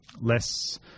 less –